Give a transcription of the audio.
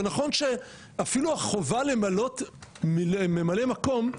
ונכון שאפילו החובה למנות ממלא מקום,